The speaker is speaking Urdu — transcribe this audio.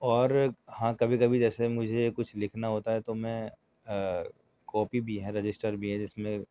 اور ہاں کبھی کبھی جیسے مجھے کچھ لکھنا ہوتا ہے تو میں کاپی بھی ہے رجسٹر بھی ہے جس میں